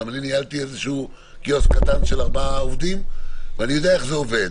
גם אני ניהלתי איזשהו קיוסק קטן של ארבעה עובדים ואני יודע איך זה עובד.